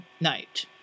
night